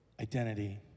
identity